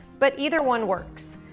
but either one works.